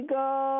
go